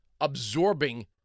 absorbing